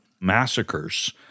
massacres